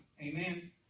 amen